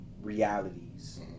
realities